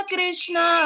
Krishna